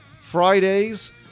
fridays